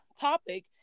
topic